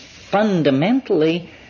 fundamentally